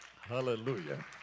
Hallelujah